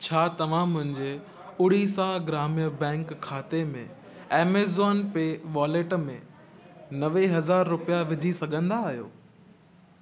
छा तव्हां मुंहिंजे ओडिशा ग्राम्य बैंक खाते मां एमेज़ॉन पे वॉलेट में नवे हज़ार रुपिया विझी सघंदा आहियो